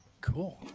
cool